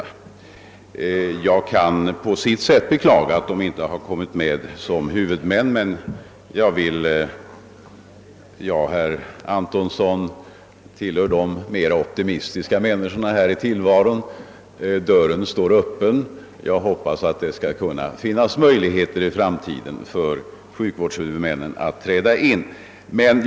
Jag kan på ett sätt beklaga att landstingen inte kommit med som huvudmän, men jag tillhör, herr Antonsson, de mera optimistiska människorna här i tillvaron, och i och med att dörren står öppen hoppas jag, att det skall finnas möjligheter för sjukvårdshuvudmännen att i framtiden träda in.